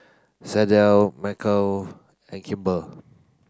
Michaele and Kimber